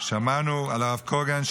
שמענו על הרב קוגן,